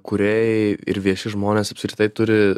kūrėjai ir vieši žmonės apskritai turi